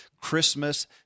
Christmas